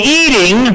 eating